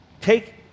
Take